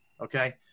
okay